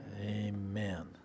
amen